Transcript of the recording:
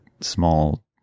small